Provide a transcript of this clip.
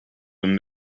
been